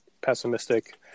pessimistic